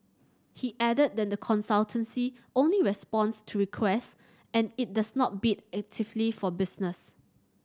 he added that the consultancy only responds to requests and it does not bid actively for business